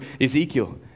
Ezekiel